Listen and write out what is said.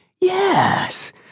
Yes